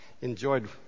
enjoyed